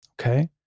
Okay